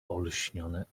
olśnione